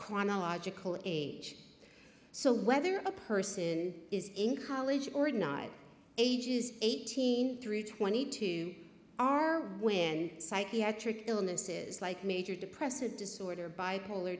chronological age so whether a person is in college or denied ages eighteen through twenty two are when psychiatric illnesses like major depressive disorder bipolar